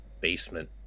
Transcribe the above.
basement